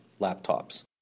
laptops